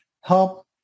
help